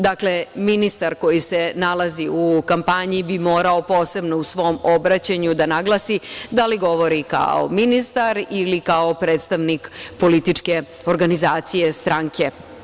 Dakle, ministar koji se nalazi u kampanji bi morao posebno u svom obraćanju da naglasi da li govori kao ministar ili kao predstavnik političke organizacije, stranke.